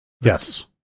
Yes